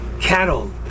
cattle